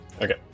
okay